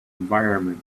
environment